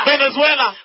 Venezuela